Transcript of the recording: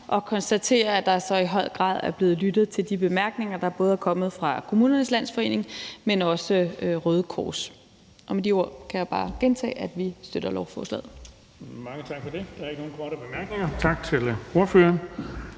og konstaterer, at der i høj grad er blevet lyttet til de bemærkninger, der både er kommet fra KL og Røde Kors. Med de ord kan jeg bare gentage, at vi støtter lovforslaget. Kl. 18:00 Den fg. formand (Erling Bonnesen): Mange tak for det. Der er ikke nogen korte bemærkninger. Tak til ordføreren.